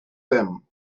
them